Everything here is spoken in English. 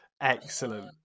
excellent